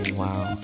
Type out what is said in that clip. wow